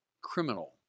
criminal